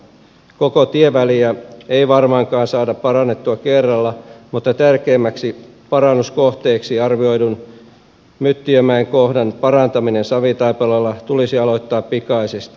koko tieväliä ei varmaankaan saada parannettua kerralla mutta tärkeimmäksi parannuskohteeksi arvioidun myttiömäen kohdan parantaminen savitaipaleella tulisi aloittaa pikaisesti